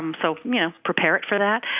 um so yeah prepare it for that.